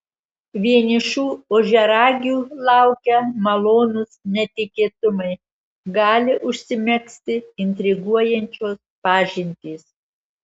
vienišų ožiaragių laukia malonūs netikėtumai gali užsimegzti intriguojančios pažintys